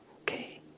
Okay